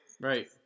Right